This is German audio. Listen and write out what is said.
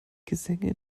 gesänge